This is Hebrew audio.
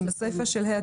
בסיפה של (ה).